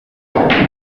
iyakaremye